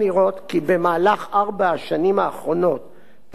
אפשר לראות כי בארבע השנים האחרונות,